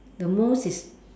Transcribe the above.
the most is